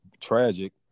tragic